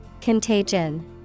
Contagion